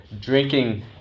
drinking